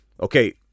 Okay